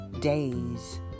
days